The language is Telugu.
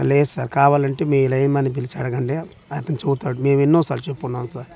లేదు సార్ కావాలంటే మి లైన్మ్యాన్ను పిలిచి అడగండి అతని చెబుతాడు మేము ఎన్నో సార్లు చెప్పుండాము సార్